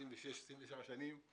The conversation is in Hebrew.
26-27 שנים,